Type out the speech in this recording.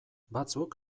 batzuk